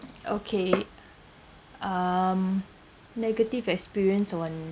okay um negative experience on